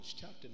chapter